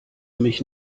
mich